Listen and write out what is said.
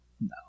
No